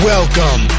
Welcome